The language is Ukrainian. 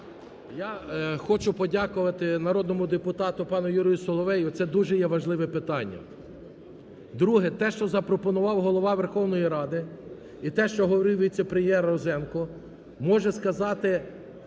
Я хочу подякувати народному депутату пану Юрію Соловею. Це дуже є важливе питання. Друге. Те, що запропонував Голова Верховної Ради, і те, що говорив віце-прем'єр Розенко, може сказати